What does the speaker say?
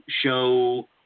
show –